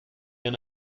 bien